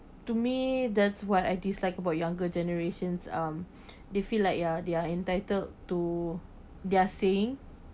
to me that's what I dislike about younger generations um they feel like ya they are entitled to their saying